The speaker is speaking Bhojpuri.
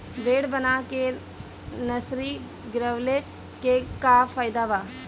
बेड बना के नर्सरी गिरवले के का फायदा बा?